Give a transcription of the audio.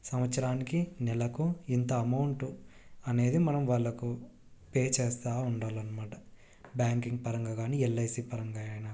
సంవత్సరానికి నెలకు ఇంత అమౌంట్ అనేది మనం వాళ్ళకు పే చేస్తూ ఉండాలి అన్నమాట బ్యాంకింగ్ పరంగా కానీ ఎల్ఐసి పరంగా అయినా కానీ